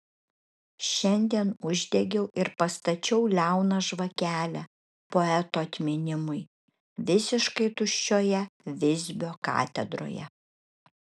šiandien uždegiau ir pastačiau liauną žvakelę poeto atminimui visiškai tuščioje visbio katedroje